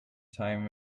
time